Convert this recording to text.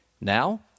now